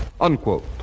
unquote